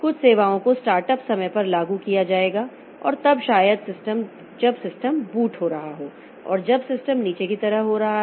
कुछ सेवाओं को स्टार्ट अप समय पर लागू किया जाएगा और तब शायद जब सिस्टम बूट हो रहा हो और जब सिस्टम नीचे की तरह हो रहा हो